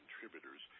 contributors